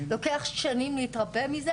לוקח שנים להתרפא מזה,